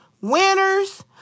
Winners